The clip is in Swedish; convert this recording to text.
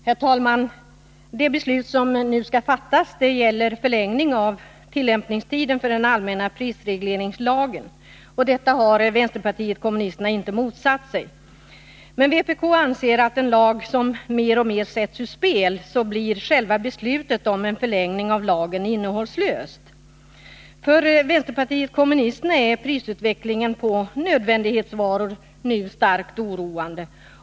Herr talman! Det beslut som nu skall fattas gäller en förlängning av tillämpningstiden för den allmänna prisregleringslagen. Att den förlängs har vänsterpartiet kommunisterna inte motsatt sig. Men vpk anser att om en lag mer och mer sätts ur spel, så blir själva beslutet om en förlängning av lagen innehållslöst. För vänsterpartiet kommunisterna är prisutvecklingen på nödvändighetsvaror starkt oroande.